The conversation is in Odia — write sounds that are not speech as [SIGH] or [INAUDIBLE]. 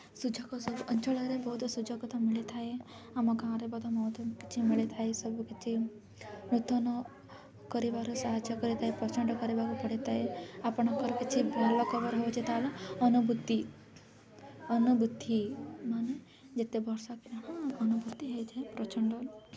ସୁଯୋଗ ସବୁ ଅଞ୍ଚଳରେ ବହୁତ ସୁଯୋଗ ତ ମିଳିଥାଏ ଆମ ଗାଁରେ ମଧ୍ୟ [UNINTELLIGIBLE] କିଛି ମିଳିଥାଏ ସବୁ କିିଛି ନୂତନ କରିବାରୁ ସାହାଯ୍ୟ କରିଥାଏ ପ୍ରଚଣ୍ଡ କରିବାକୁ ପଡ଼ିଥାଏ ଆପଣଙ୍କର କିଛି ଭଲ ଖବର ହେଉଛି ତା'ର ଅନୁଭୂତି ଅନୁଭୂତି ମାନେ ଯେତେ ଅନୁଭୂତି ହୋଇଥାଏ ପ୍ରଚଣ୍ଡ